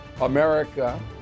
America